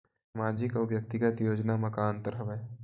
सामाजिक अउ व्यक्तिगत योजना म का का अंतर हवय?